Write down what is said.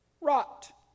rot